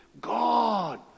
God